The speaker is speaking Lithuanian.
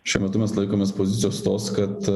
šiuo metu mes laikomės pozicijos tos kad